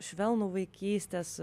švelnų vaikystės